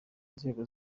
inzego